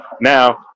Now